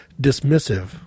dismissive